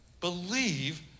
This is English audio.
believe